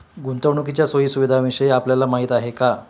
गुंतवणुकीच्या सोयी सुविधांविषयी आपल्याला माहिती आहे का?